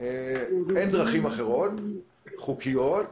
אין דרכים אחרות חוקיות.